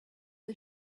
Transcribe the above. the